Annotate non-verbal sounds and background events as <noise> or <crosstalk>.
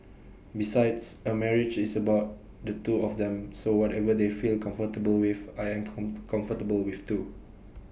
besides A marriage is about the two of them so whatever they feel comfortable with I am <unintelligible> comfortable with too